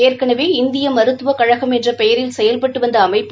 ஏற்கனவே இந்திய மருத்துவ கழகம் என்ற பெயரில் செயல்பட்டு வந்த அமைப்பு